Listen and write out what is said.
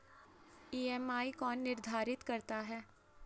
EMI कौन निर्धारित करता है?